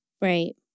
Right